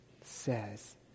says